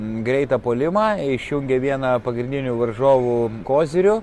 greitą puolimą išjungė vieną pagrindinių varžovų kozirių